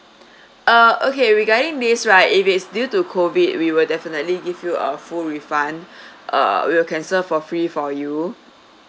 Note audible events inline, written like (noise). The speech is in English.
(breath) uh okay regarding this right if it's due to COVID we will definitely give you a full refund (breath) uh we will cancel for free for you